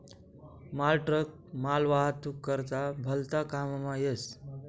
मालट्रक मालवाहतूक करता भलता काममा येस